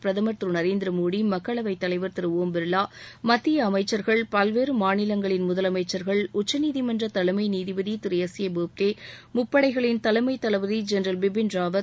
பிரதமர் திரு நரேந்திர மோடி மக்களவைத் தலைவர் திரு ஒம் பிர்லா மத்திய அமைச்சர்கள் பல்வேறு மாநிலங்களின் முதலமைச்சர்கள் உச்சநீதிமன்ற தலைமை நீதிபதி திரு எஸ் ஏ போப்டே முப்படைகளின் தலைமை தளபதி பிபின் ராவத்